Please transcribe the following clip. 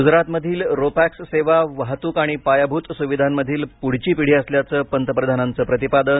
गुजरातमधील ro pax सेवा वाहतूक आणि पायाभूत सुविधांमधील पुढची पिढी असल्याचं पंतप्रधानांचं प्रतिपादन